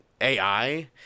AI